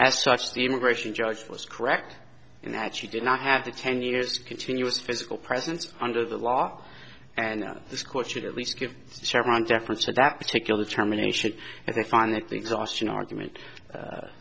as such the immigration judge was correct in that she did not have the ten years continuous physical presence under the law and this court should at least give chevron deference to that particular terminations and they find that the exhaustion argument